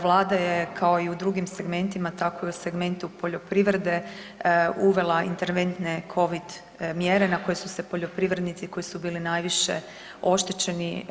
Vlada je, kao i u drugim segmentima, tako i u segmentu poljoprivrede uvela interventne Covid mjere na koje su se poljoprivrednici koji su bili najviše oštećeni.